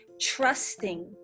trusting